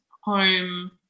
home